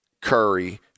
Curry